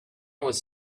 was